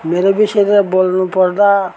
मेरो विषयमा बेल्नुपर्दा